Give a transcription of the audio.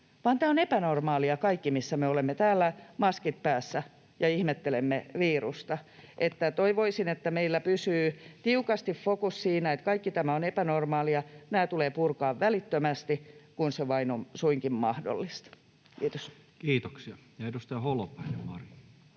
tämä on epänormaalia kaikki, kun me olemme täällä maskit päässä ja ihmettelemme virusta. Että toivoisin, että meillä pysyy tiukasti fokus siinä, että kaikki tämä on epänormaalia. Nämä tulee purkaa välittömästi, kun se vain on suinkin mahdollista. — Kiitos. [Speech 85]